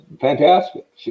fantastic